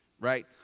right